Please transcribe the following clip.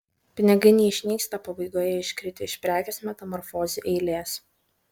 pinigai neišnyksta pabaigoje iškritę iš prekės metamorfozių eilės